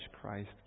Christ